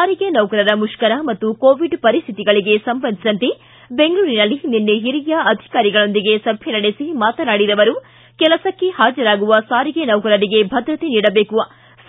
ಸಾರಿಗೆ ನೌಕರರ ಮುಷ್ಕರ ಮತ್ತು ಕೋವಿಡ್ ಪರಿಸ್ತಿತಿಗಳಿಗೆ ಸಂಬಂಧಿಸಿದಂತೆ ಬೆಂಗಳೂರಿನಲ್ಲಿ ನಿನ್ನೆ ಹಿರಿಯ ಅಧಿಕಾರಗಳೊಂದಿಗೆ ಸಭೆ ನಡೆಸಿ ಮಾತನಾಡಿದ ಅವರು ಕೆಲಸಕ್ಕೆ ಪಾಜರಾಗುವ ಸಾರಿಗೆ ನೌಕಕರಿಗೆ ಭದ್ರತೆ ನೀಡಬೇಕು